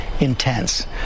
intense